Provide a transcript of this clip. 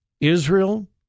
Israel